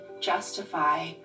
justify